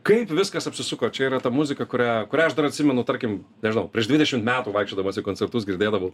kaip viskas apsisuko čia yra ta muzika kurią kurią aš dar atsimenu tarkim nežinau prieš dvidešimt metų vaikščiodamas į koncertus girdėdavau